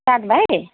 विशाक भाइ